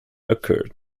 occurred